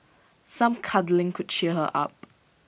some cuddling could cheer her up